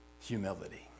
Humility